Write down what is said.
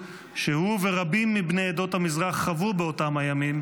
שהוא ורבים מבני עדות המזרח חוו באותם הימים